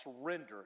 surrender